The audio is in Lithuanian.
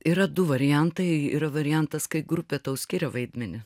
yra du variantai yra variantas kai grupė tau skiria vaidmenį